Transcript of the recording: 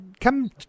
come